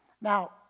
Now